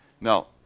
Now